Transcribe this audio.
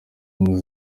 ubumwe